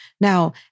Now